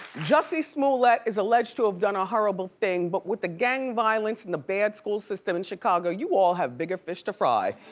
jussie smollett is alleged to have done a horrible thing but with the gang violence and the bad school system in chicago, you all have bigger fish to fry.